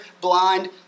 blind